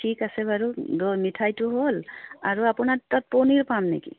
ঠিক আছে বাৰু মিঠাইটো হ'ল আৰু আপোনাৰ তাত পনীৰ পাম নেকি